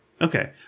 Okay